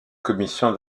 commission